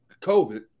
COVID